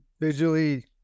visually